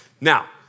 now